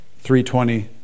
320